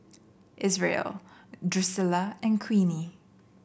Isreal Drucilla and Queenie